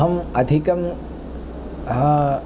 अहम् अधिकं